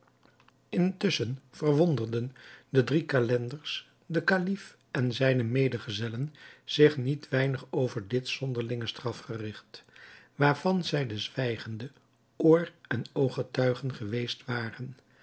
intusschen verwonderden de drie calenders de kalif en zijne medegezellen zich niet weinig over dit zonderlinge strafgerigt waarvan zij de zwijgende oor en ooggetuigen geweest waren